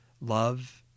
love